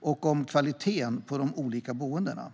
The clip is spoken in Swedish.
och kvaliteten på de olika boendena.